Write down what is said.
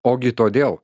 ogi todėl